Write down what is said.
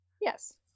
Yes